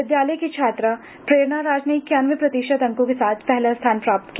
विद्यालय की छात्रा प्रेरणा राज ने इक्यानवे प्रतिशत अंकों के साथ पहला स्थान प्राप्त किया